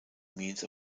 means